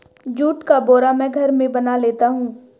जुट का बोरा मैं घर में बना लेता हूं